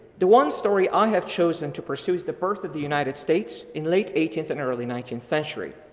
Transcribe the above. the one story i have chosen to pursue is the birth of the united states in late eighteenth and early nineteenth century.